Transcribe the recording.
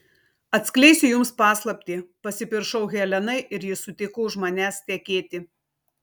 atskleisiu jums paslaptį pasipiršau helenai ir ji sutiko už manęs tekėti